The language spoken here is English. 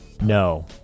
No